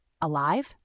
alive